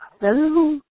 Hello